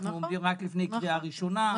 אנחנו לפני קריאה ראשונה,